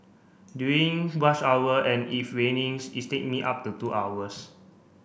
during rush hour and if its take me up to two hours